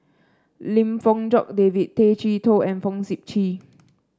Lim Fong Jock David Tay Chee Toh and Fong Sip Chee